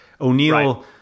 O'Neill